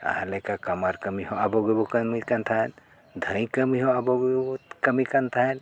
ᱡᱟᱦᱟᱞᱮᱠᱟ ᱠᱟᱢᱟᱨ ᱠᱟᱹᱢᱤ ᱦᱚᱸ ᱟᱵᱚ ᱜᱮᱵᱚ ᱠᱟᱹᱢᱤ ᱠᱟᱱ ᱛᱟᱦᱮᱸᱫ ᱫᱷᱟᱹᱭ ᱠᱟᱹᱢᱤ ᱦᱚᱸ ᱟᱵᱚ ᱜᱚᱵᱚ ᱠᱟᱹᱢᱤ ᱠᱟᱱ ᱛᱟᱦᱮᱸᱫ